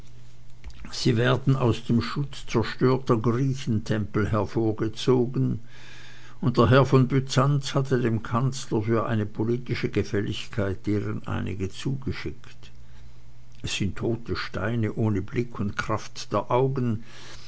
sie werden aus dem schutte zerstörter griechentempel hervorgezogen und der herr von byzanz hatte dem kanzler für eine politische gefälligkeit deren einige zugeschickt es sind tote steine ohne blick und kraft der augen